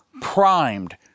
primed